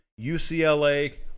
UCLA